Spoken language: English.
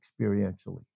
experientially